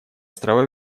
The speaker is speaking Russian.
острова